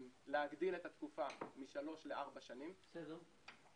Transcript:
להגדיל את התקופה משלוש לארבע שנים, ולהוסיף